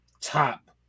top